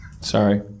Sorry